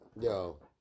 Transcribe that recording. Yo